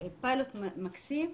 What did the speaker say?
פיילוט מקסים.